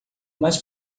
mas